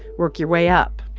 work your way up.